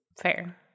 Fair